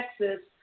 Texas